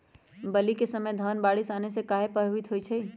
बली क समय धन बारिस आने से कहे पभवित होई छई?